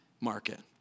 market